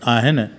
आहिनि